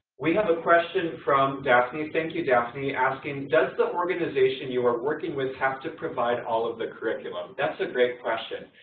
we have a question from daphne, thank you daphne, asking, does the organization you are working with have to provide all of the curriculum? that's a great question.